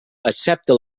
excepte